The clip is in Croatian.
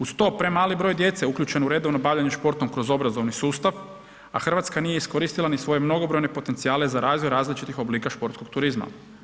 Uz to, premali broj djece uključeno u redovno bavljenje športom kroz obrazovni sustav, a Hrvatska nije iskoristila ni svoje mnogobrojne potencijale za razvoj različitih oblika športskog turizma.